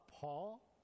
paul